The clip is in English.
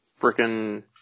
freaking